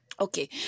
Okay